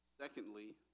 Secondly